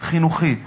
חינוכית